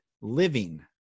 living